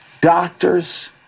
doctors